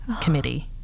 committee